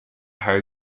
harry